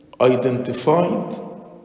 identified